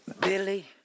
Billy